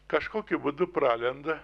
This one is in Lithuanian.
kažkokiu būdu pralenda